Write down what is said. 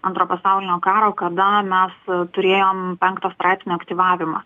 antro pasaulinio karo kada mes turėjom penkto straipsnio aktyvavimą